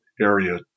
area